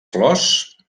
flors